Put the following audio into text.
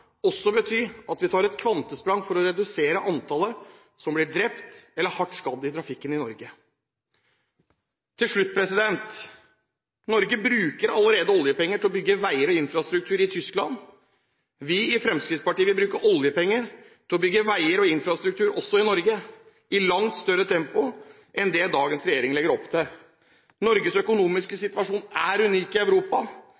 også bety at vi tar et kvantesprang for å redusere antallet som blir drept eller hardt skadd i trafikken i Norge. Til slutt: Norge bruker allerede oljepenger til å bygge veier og infrastruktur i Tyskland. Vi i Fremskrittspartiet vil bruke oljepenger til å bygge veier og infrastruktur også i Norge – i langt større tempo enn det dagens regjering legger opp til. Norges økonomiske